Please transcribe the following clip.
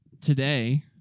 today